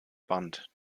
band